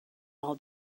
all